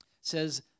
says